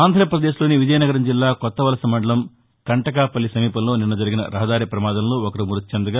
ఆంధ్రప్రదేశ్లోని విజయనగరం జిల్లా కొత్తవలస మండలం కంటకాపల్లి సమీపంలో నిన్న జరిగిన రహదారి ప్రమాదంలో ఒకరు మ్బతి చెందగా